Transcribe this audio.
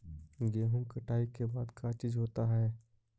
गेहूं कटाई के बाद का चीज होता है?